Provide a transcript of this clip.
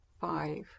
Five